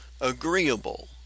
agreeable